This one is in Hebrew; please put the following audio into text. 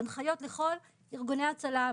הנחיות לכל ארגוני ההצלה,